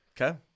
Okay